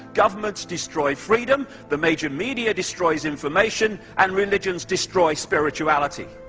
governments destroy freedom, the major media destroy information and religions destroy spirituality.